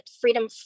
freedom